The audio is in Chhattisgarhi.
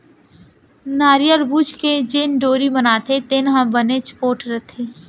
नरियर बूच के जेन डोरी बनथे तेन ह बनेच पोठ रथे